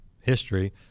history